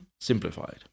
simplified